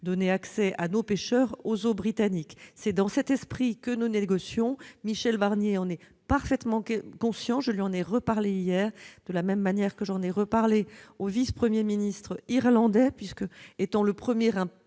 n'auraient plus accès aux eaux britanniques. C'est dans cet esprit que nous négocions. Michel Barnier en est parfaitement conscient, je lui en ai reparlé hier, de la même manière que j'en ai reparlé au vice-premier ministre irlandais. L'Irlande, qui est le premier pays